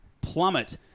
plummet